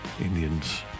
Indians